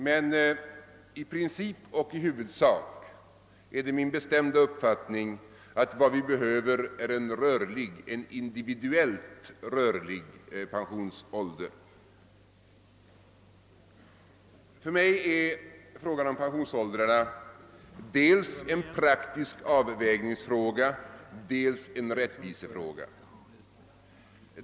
Men i princip och i huvudsak är det min bestämda uppfattning att vad vi behöver är en individuellt rörlig pensionsålder. För mig är frågan om pensionsåldrarna dels en praktisk avvägningsfråga, dels en rättvisefråga.